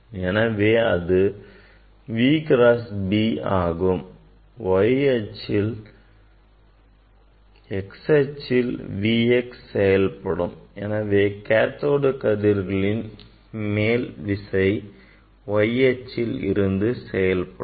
எனவே அது V cross B ஆகும் x அச்சில் V x செயல்படும் எனவே கேத்தோடு கதிர்களின் மேல் விசை y அச்சில் இருந்து செயல்படும்